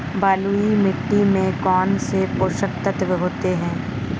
बलुई मिट्टी में कौनसे पोषक तत्व होते हैं?